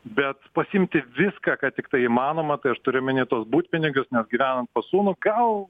bet pasiimti viską ką tiktai įmanoma tai aš turiu omeny tuos butpinigius nes gyvenant pas sūnų gal